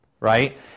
Right